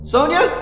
Sonia